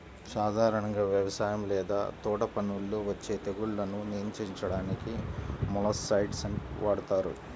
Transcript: సాధారణంగా వ్యవసాయం లేదా తోటపనుల్లో వచ్చే తెగుళ్లను నియంత్రించడానికి మొలస్సైడ్స్ ని వాడుతారు